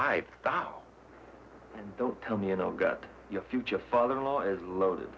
and don't tell me you know get your future father in law is loaded